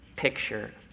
picture